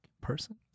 person